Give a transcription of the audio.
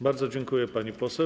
Bardzo dziękuję, pani poseł.